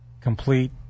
complete